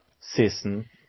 season